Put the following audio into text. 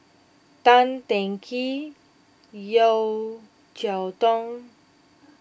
Tan Teng Kee Yeo Cheow Tong